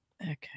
Okay